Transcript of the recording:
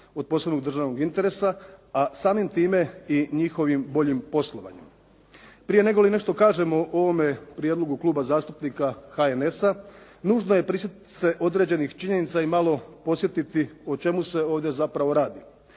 od posebnog državnog interesa, a samim time i njihovim boljim poslovanjem. Prije nego li nešto kažem o ovom prijedlogu Kluba zastupnika HNS-a, nužno je prisjetiti se određenih činjenica i malo podsjetiti o čemu se ovdje zapravo radi.